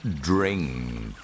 drink